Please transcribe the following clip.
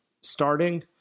starting